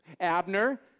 Abner